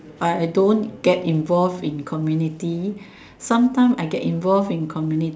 I don't get involved in community sometimes I get involved in